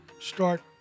start